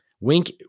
Wink